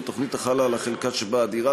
בתוכנית החלה על החלקה שבה הדירה,